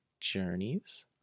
Journeys